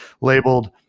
labeled